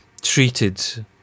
treated